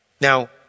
Now